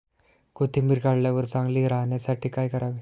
कोथिंबीर काढल्यावर चांगली राहण्यासाठी काय करावे?